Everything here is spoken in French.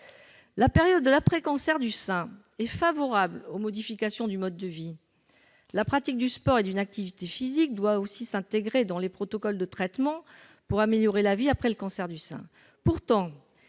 La période de l'après-cancer du sein est favorable aux modifications du mode de vie. La pratique du sport et d'une activité physique doit aussi être intégrée dans les protocoles de traitement, pour améliorer la vie après le cancer du sein. Pourtant,